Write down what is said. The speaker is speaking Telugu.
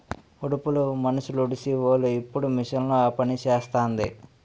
ఉడుపులు మనుసులుడీసీవోలు ఇప్పుడు మిషన్ ఆపనిసేస్తాంది